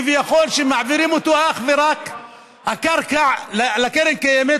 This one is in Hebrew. שמעבירים כביכול את הקרקע אך ורק לקרן הקיימת